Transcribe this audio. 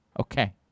Okay